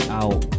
out